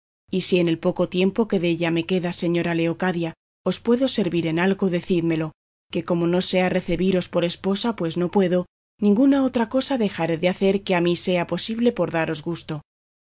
y si en el poco tiempo que de ella me queda señora leocadia os puedo servir en algo decídmelo que como no sea recebiros por esposa pues no puedo ninguna otra cosa dejaré de hacer que a mí sea posible por daros gusto